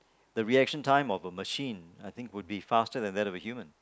the reaction time of a machine I think would faster than that of a human